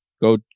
Go